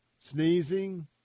sneezing